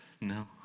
No